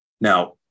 Now